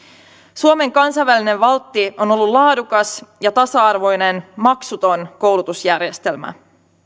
suomen kansainvälinen valtti on ollut laadukas ja tasa arvoinen maksuton koulutusjärjestelmä